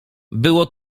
było